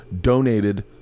donated